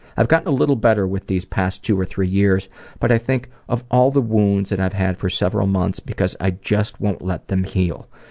i've gotten a little better with these past two or three years but i think of all the wounds that and i've had for several months because i just won't let them heal.